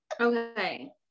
okay